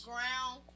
Ground